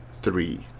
three